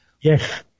Yes